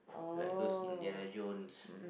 like those Indiana-Jones